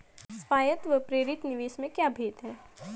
स्वायत्त व प्रेरित निवेश में क्या भेद है?